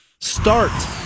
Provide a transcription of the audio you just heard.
Start